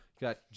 Got